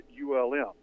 ULM